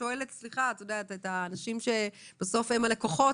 שואלת את האנשים שבסוף הם הלקוחות,